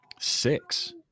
Six